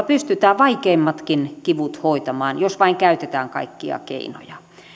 pystytään vaikeimmatkin kivut hoitamaan jos vain käytetään kaikkia keinoja